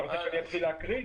אתה רוצה שאני אתחיל להקריא?